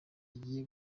agiye